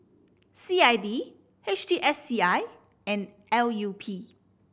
C I D H T S C I and L U P